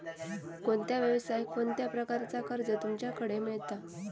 कोणत्या यवसाय कोणत्या प्रकारचा कर्ज तुमच्याकडे मेलता?